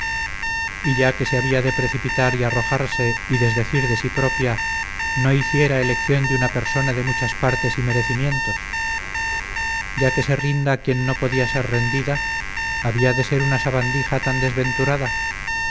y ya que se había de precipitar y arrojarse y desdecir de sí propia no hiciera elección de una persona de muchas partes y merecimientos ya que se rinda quien no podía ser rendida había de ser una sabandija tan desventurada